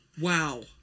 Wow